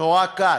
נורא קל,